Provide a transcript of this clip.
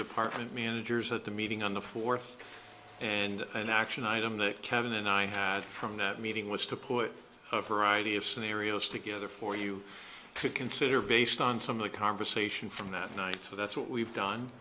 department managers at the meeting on the fourth and an action item that kevin and i had from that meeting was to put a variety of scenarios together for you to consider based on some of the conversation from that night so that's what we've done